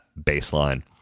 baseline